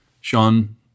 Sean